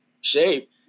shape